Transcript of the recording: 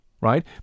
right